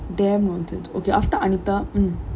damn nonsense okay அடுத்தது யாரபத்தி:aduthathu yaarapathi